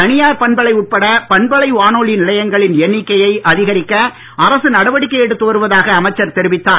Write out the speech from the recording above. தனியார் பண்பலை உட்பட பண்பலை வானொலி நிலையங்களின் எண்ணிக்கையை அதிகரிக்க அரசு நடவடிக்கை எடுத்து வருவதாக அமைச்சர் தெரிவித்தார்